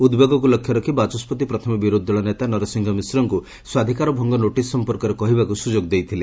ଉଦ୍ବେଗକୁ ଲକ୍ଷ୍ୟ ରଖି ବାଚ ବିରୋଧୀ ଦଳ ନେତା ନରସିଂହ ମିଶ୍ରଙ୍କୁ ସ୍ୱାଧୀକାର ଭଙ୍ଗ ନୋଟିସ୍ ସଂପର୍କରେ କହିବାକୁ ସୁଯୋଗ ଦେଇଥିଲେ